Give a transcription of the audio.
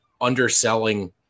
underselling